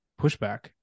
pushback